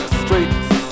streets